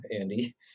Andy